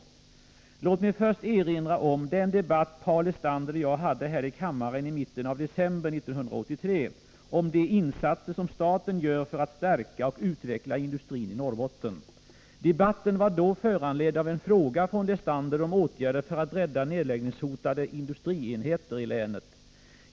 Låt mig först erinra om den debatt Paul Lestander och jag hade här i kammaren i mitten av december 1983 om de insatser som staten gör för att stärka och utveckla industrin i Norrbotten. Debatten var då föranledd av en fråga från Lestander om åtgärder för att rädda nedläggningshotade industrienheter i länet.